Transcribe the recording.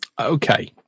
Okay